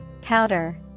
Powder